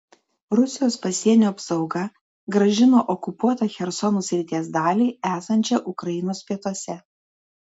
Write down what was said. rusijos pasienio apsauga grąžino okupuotą chersono srities dalį esančią ukrainos pietuose